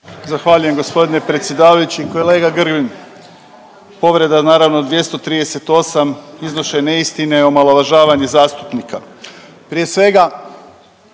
Zahvaljujem gospodine predsjedavajući. Kolega Grbin povreda naravno 238. iznošenje neistine, omalovažavanje zastupnika. Prije svega